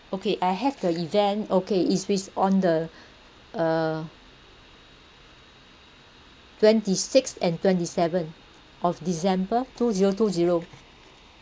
okay I have the event okay it's with on the uh twenty sixth and twenty seventh of december two zero two zero